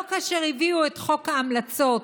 לא כאשר הביאו את חוק ההמלצות,